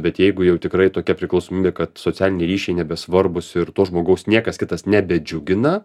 bet jeigu jau tikrai tokia priklausomybė kad socialiniai ryšiai nebesvarbūs ir to žmogaus niekas kitas nebedžiugina